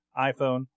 iPhone